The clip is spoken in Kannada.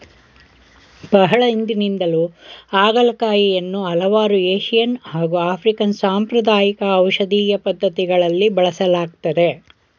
ಬಹಳ ಹಿಂದಿನಿಂದಲೂ ಹಾಗಲಕಾಯಿಯನ್ನು ಹಲವಾರು ಏಶಿಯನ್ ಹಾಗು ಆಫ್ರಿಕನ್ ಸಾಂಪ್ರದಾಯಿಕ ಔಷಧೀಯ ಪದ್ಧತಿಗಳಲ್ಲಿ ಬಳಸಲಾಗ್ತದೆ